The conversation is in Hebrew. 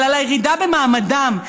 אבל על הירידה במעמדם,